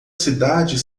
cidade